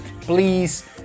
please